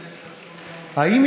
בשנתיים האחרונות.